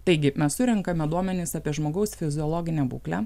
taigi mes surenkame duomenis apie žmogaus fiziologinę būklę